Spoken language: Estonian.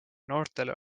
noortele